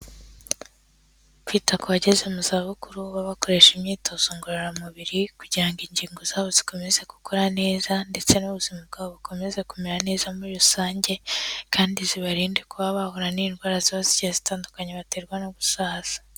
Kwita ku bageze mu za bukuru, babakoresha imyitozo ngororamubiri kugira ngo ingingo zabo zikomeze gukora neza ndetse n'ubuzima bwabo bukomeze kumera neza muri rusange kandi zibarinde kuba bahura n'indwara ziba zigiye zitandukanye baterwa no gusaza.